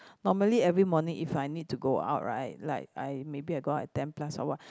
normally every morning if I need to go out right like I maybe I go out at ten plus or what